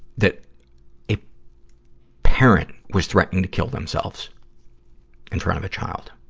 that a parent was threatening to kill themselves in front of a child.